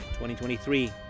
2023